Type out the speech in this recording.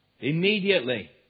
immediately